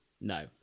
No